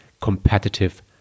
competitive